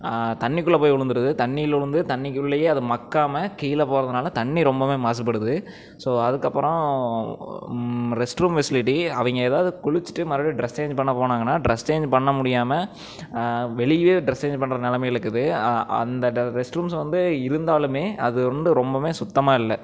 தண்ணி குள்ளே போய் விழுந்துருது தண்ணியில் விழுந்து தண்ணி குள்ளேயே அது மக்காமல் கீழே போகிறதுனால தண்ணி ரொம்பவே மாசு படுது ஸோ அதுக்கப்புறம் ரெஸ்ட் ரூம் ஃபெசிலிட்டி அவங்க எதாவது குளிச்சுட்டு மறுபடி டிரஸ் சேஞ் பண்ண போனாங்கனால் டிரஸ் சேஞ் பண்ண முடியாமல் வெளியே டிரஸ் சேஞ் பண்ணுற நிலமைல இருக்குது அந்த ரெஸ்ட் ரூம்ஸ்ஸை வந்து இருந்தாலுமே அது வந்து ரொம்பவுமே சுத்தமாக இல்லை